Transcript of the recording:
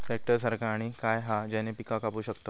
Tractor सारखा आणि काय हा ज्याने पीका कापू शकताव?